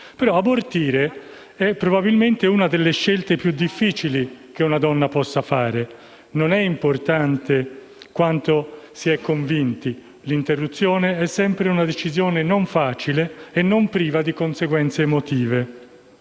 Abortire è però una delle scelte più difficili che una donna possa fare. Non è importante quanto si è convinti: l'interruzione è sempre una decisione non facile e non priva di conseguenze emotive